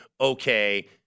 okay